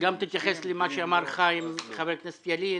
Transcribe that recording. תתייחס גם למה שאמר חבר הכנסת חיים ילין